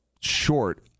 short